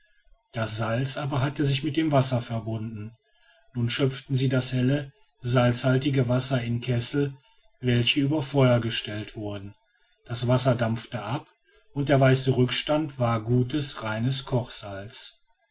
das salz aber hatte sich mit dem wasser verbunden nun schöpften sie das helle salzhaltige wasser in kessel welche über feuer gestellt wurden das wasser dampfte ab und der weiße rückstand war gutes reines kochsalz